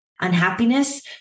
unhappiness